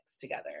together